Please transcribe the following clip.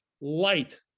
light